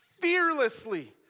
fearlessly